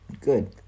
good